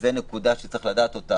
וזאת נקודה שצריך לדעת,